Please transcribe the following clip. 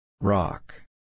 Rock